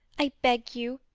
i beg you,